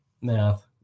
math